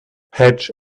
hedge